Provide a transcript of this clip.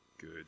good